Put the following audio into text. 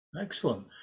excellent